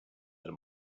that